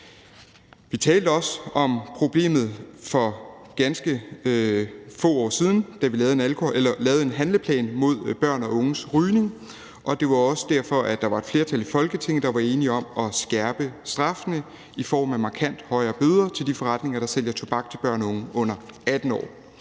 Vi talte også om problemet for ganske få år siden, da vi lavede en handleplan mod børn og unges rygning, og det var også derfor, at der var et flertal i Folketinget, der var enige om at skærpe straffene i form af markant højere bøder til de forretninger, der sælger tobak til børn og unge under 18 år.